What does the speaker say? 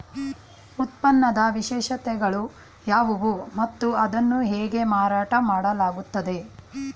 ಉತ್ಪನ್ನದ ವಿಶೇಷತೆಗಳು ಯಾವುವು ಮತ್ತು ಅದನ್ನು ಹೇಗೆ ಮಾರಾಟ ಮಾಡಲಾಗುತ್ತದೆ?